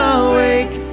awake